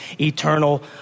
eternal